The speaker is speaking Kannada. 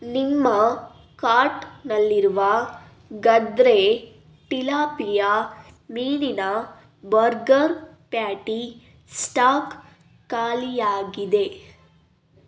ನಿಮ್ಮ ಕಾರ್ಟ್ನಲ್ಲಿರುವ ಗದ್ರೆ ಟಿಲಾಪಿಯ ಮೀನಿನ ಬರ್ಗರ್ ಪ್ಯಾಟಿ ಸ್ಟಾಕ್ ಖಾಲಿಯಾಗಿದೆ